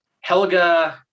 Helga